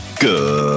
Good